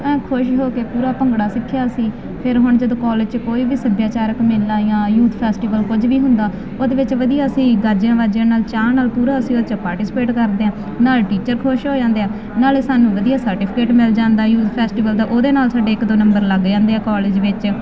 ਐ ਖੁਸ਼ ਹੋ ਕੇ ਪੂਰਾ ਭੰਗੜਾ ਸਿੱਖਿਆ ਸੀ ਫਿਰ ਹੁਣ ਜਦੋਂ ਕਾਲਜ 'ਚ ਕੋਈ ਵੀ ਸੱਭਿਆਚਾਰਕ ਮੇਲਾ ਜਾਂ ਯੂਥ ਫੈਸਟੀਵਲ ਕੁਝ